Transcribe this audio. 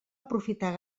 aprofitar